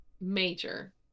major